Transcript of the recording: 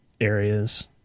areas